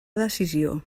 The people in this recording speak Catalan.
decisió